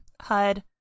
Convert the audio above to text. Hud